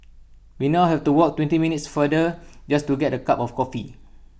we now have to walk twenty minutes farther just to get A cup of coffee